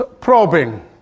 probing